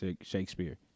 Shakespeare